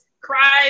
cries